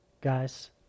guys